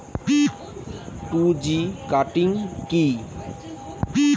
Two G cutting কি?